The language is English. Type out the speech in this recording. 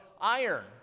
iron